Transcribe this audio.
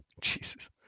Jesus